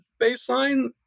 baseline